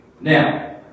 Now